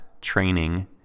training